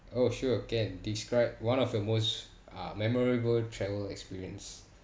oh sure can describe one of the most uh memorable travel experience